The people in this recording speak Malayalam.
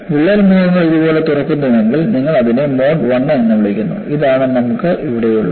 വിള്ളൽ മുഖങ്ങൾ ഇതുപോലെ തുറക്കുന്നുവെങ്കിൽ നിങ്ങൾ അതിനെ മോഡ് 1 എന്ന് വിളിക്കുന്നു ഇതാണ് നമുക്ക് ഇവിടെയുള്ളത്